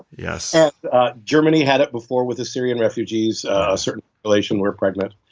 yes germany had it before with the syrian refugees, a certain population were pregnant